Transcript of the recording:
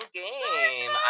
game